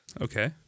Okay